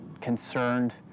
concerned